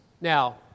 Now